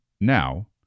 Now